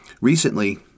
Recently